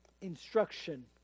instruction